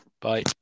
Bye